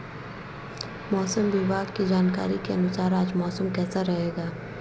मौसम विभाग की जानकारी के अनुसार आज मौसम कैसा रहेगा?